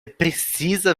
precisa